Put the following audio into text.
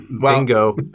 Bingo